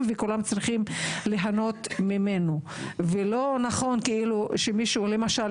וכולם צריכים ליהנות ממנו ולא נכון שמישהו למשל,